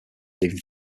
leaving